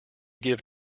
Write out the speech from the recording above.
give